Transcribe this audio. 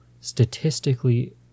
statistically